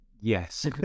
yes